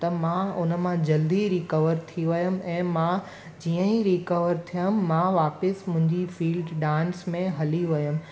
त मां उन मां जल्दी रिकवर थी वयमि ऐं मां जीअं ई रिकवर थियमि मां वापसि मुंहिंजी फील्ड डांस में हली वयमि